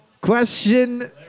Question